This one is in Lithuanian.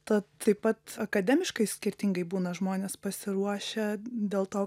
tad taip pat akademiškai skirtingai būna žmonės pasiruošę dėl to